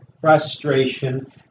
frustration